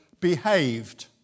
behaved